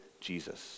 Jesus